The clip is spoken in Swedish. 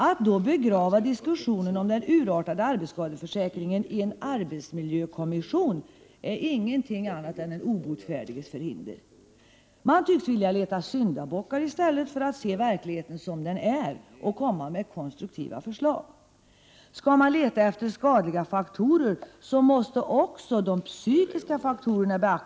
Att då ”begrava” diskussionen om en arbetsskadeförsäkring som urartat i en arbetsmiljökommission är ingenting annat än ett uttryck för den obotfärdiges förhinder. Man tycks vilja leta efter syndabockar i stället för att se verkligheten som den är och komma med konstruktiva förslag. Skall man leta efter skadliga faktorer, måste man beakta de psykiska faktorerna mera.